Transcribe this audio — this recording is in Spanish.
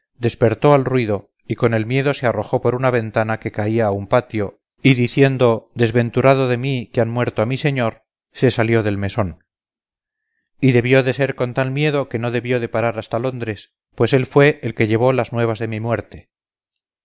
despertó al ruido y con el miedo se arrojó por una ventana que caía a un patio y diciendo desventurado de mí que han muerto a mi señor se salió del mesón y debió de ser con tal miedo que no debió de parar hasta londres pues él fue el que llevó las nuevas de mi muerte